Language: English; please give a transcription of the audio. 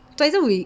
twice a week